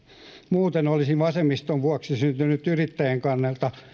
muuten olisi vasemmiston vuoksi syntynyt yrittäjien kannalta